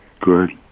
Good